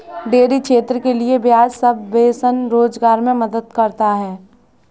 dairy क्षेत्र के लिये ब्याज सबवेंशन रोजगार मे मदद करता है